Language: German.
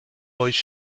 euch